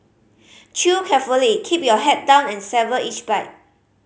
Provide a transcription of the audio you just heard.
Chew carefully keep your head down and savour each bite